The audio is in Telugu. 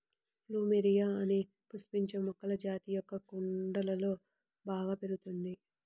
ప్లూమెరియా అనే పుష్పించే మొక్కల జాతి మొక్క కుండలలో బాగా పెరుగుతుంది